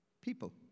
People